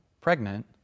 pregnant